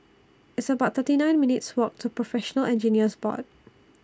It's about thirty nine minutes' Walk to Professional Engineers Board